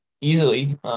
easily